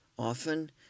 Often